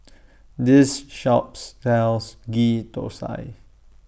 This shops sells Ghee Thosai